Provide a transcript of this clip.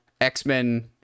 X-Men